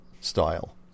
style